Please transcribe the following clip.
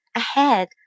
ahead